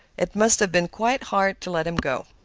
it must have been quite hard to let him go.